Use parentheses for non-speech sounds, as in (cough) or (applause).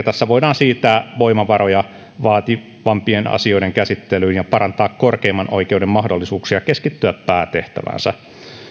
(unintelligible) tässä voidaan siirtää voimavaroja vaativampien asioiden käsittelyyn ja parantaa korkeimman oikeuden mahdollisuuksia keskittyä päätehtäväänsä